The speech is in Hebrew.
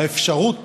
האפשרות